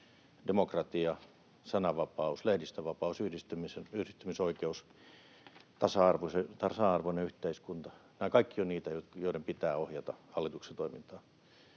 demokratia, sananvapaus, lehdistönvapaus, yhdistymisoikeus, tasa-arvoinen yhteiskunta — ovat kaikki niitä, joiden pitää ohjata hallituksen toimintaa.